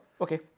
Okay